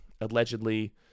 allegedly